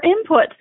input